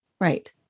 Right